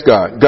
God